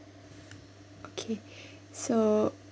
okay so